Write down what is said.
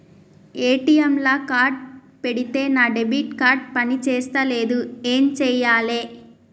ATM లా card పెడితే నా డెబిట్ కార్డ్ పని చేస్తలేదు ఏం చేయాలే?